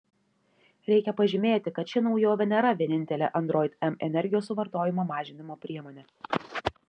reikia pažymėti kad ši naujovė nėra vienintelė android m energijos suvartojimo mažinimo priemonė